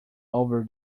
over